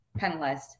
penalized